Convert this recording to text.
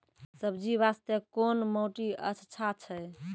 सब्जी बास्ते कोन माटी अचछा छै?